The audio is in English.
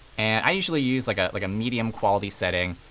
and i usually use like ah like a medium quality setting.